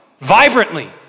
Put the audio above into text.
vibrantly